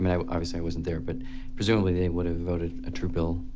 and i wasn't there, but presumably they would have voted a true bill,